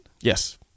Yes